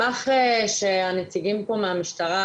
את נציג המשטרה